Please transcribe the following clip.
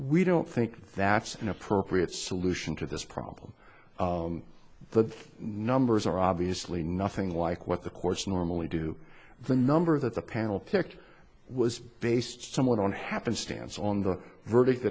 we don't think that's an appropriate solution to this problem the numbers are obviously nothing like what the course normally do the number that the panel picked was based somewhat on happenstance on the verdict